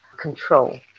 control